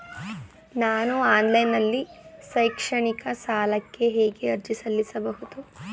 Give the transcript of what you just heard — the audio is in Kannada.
ನಾನು ಆನ್ಲೈನ್ ನಲ್ಲಿ ಶೈಕ್ಷಣಿಕ ಸಾಲಕ್ಕೆ ಹೇಗೆ ಅರ್ಜಿ ಸಲ್ಲಿಸಬಹುದು?